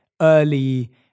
early